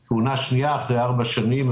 שזו להם כהונה שנייה אחרי ארבע שנים,